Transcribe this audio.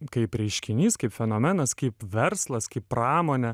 kaip reiškinys kaip fenomenas kaip verslas kaip pramonė